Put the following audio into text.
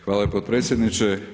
Hvala potpredsjedniče.